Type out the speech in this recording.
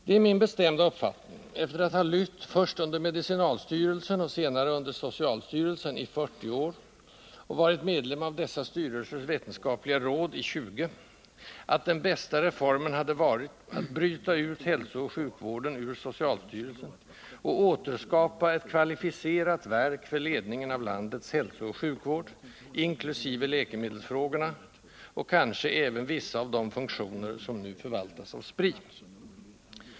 Det är min bestämda uppfattning — efter att ha lytt först under medicinalstyrelsen och senare under socialstyrelsen i 40 år och varit medlem av dessa styrelsers vetenskapliga råd i 20 — att den bästa reformen hade varit att bryta ut hälsooch sjukvården ur socialstyrelsen och återskapa ett kvalificerat verk för ledningen av landets hälsooch sjukvård, inkl. läkemedelsfrågorna, och kanske även vissa av de funktioner som nu förvaltas av Spri.